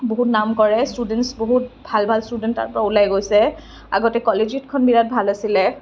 বহুত নাম কৰে ষ্টুডেন্টছ বহুত ভাল ভাল ষ্টুডেন্ট তাৰপৰা ওলাই গৈছে আগতে কলেজিয়েটখন বিৰাট ভাল আছিল